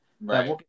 Right